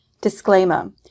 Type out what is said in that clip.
Disclaimer